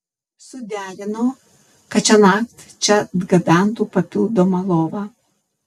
suderinau kad šiąnakt čia atgabentų papildomą lovą